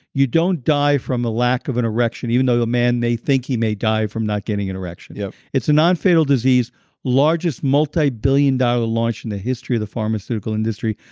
you don't die from the lack of an erection, even though the yeah man may think he may die from not getting an erection. yeah it's a non-fatal disease largest multi billion dollar launch in the history of the pharmaceutical industry,